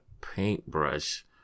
paintbrush